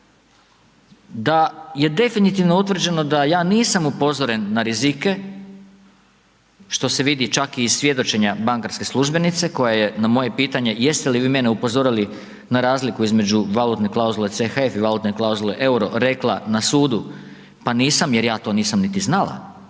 da je definitivno utvrđeno da ja nisam upozoren na rizike što se vidi čak i svjedočenja bankarske službenice koja je na moje pitanje jeste li vi mene upozorili na razliku između valutne klauzule CHF i valutne klauzule euro, rekla na sudu? Pa nisam jer ja to nisam niti znala.